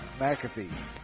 McAfee